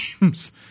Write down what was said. games